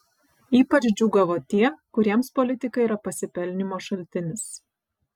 ypač džiūgavo tie kuriems politika yra pasipelnymo šaltinis